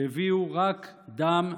שהביאו רק דם,